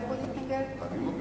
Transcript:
והליכוד התנגד.